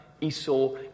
Esau